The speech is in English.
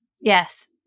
Yes